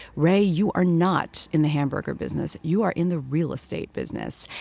ray, you are not in the hamburger business. you are in the real estate business.